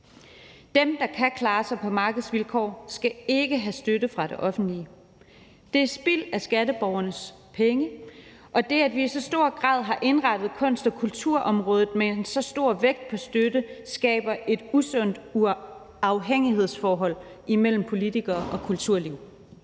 Dem, der kan klare sig på markedsvilkår, skal ikke have støtte fra det offentlige. Det er spild af skatteborgernes penge, og det, at vi i så stor grad har indrettet kunst- og kulturområdet med en så stor vægt på støtte, skaber et usundt afhængighedsforhold imellem politikere og kulturliv.